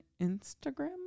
Instagram